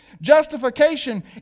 Justification